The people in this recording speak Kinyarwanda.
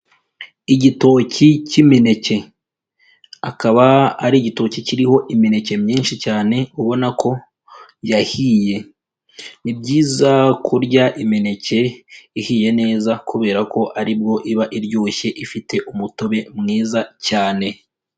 Igitoki cy'imineke akaba ari igitoki kiriho imineke myinshi cyane ubona ko yahiye, ni byiza kurya imineke ihiye neza kubera ko aribwo iba iryoshye ifite umutobe mwiza cyane.